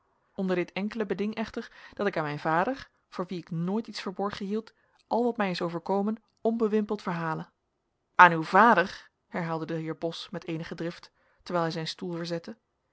onder dit enkele beding echter dat ik aan mijn vader voor wien ik nooit iets verborgen hield al wat mij is overkomen onbewimpeld verhale aan uw vader herhaalde de heer bos met eenige drift en terwijl hij zijn stoel verzette